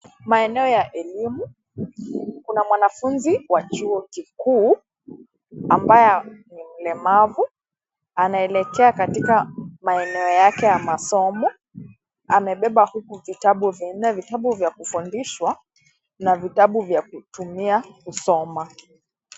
Maeneo ya elimu, kuna mwanafunzi, wa chuo kikuu, ambaye ni mlemavu, anaelekea katika maeneo yake ya masomo, amebeba huku vitabu vinne vitabu vya kufundishwa, na vitabu vya kutumia kusoma.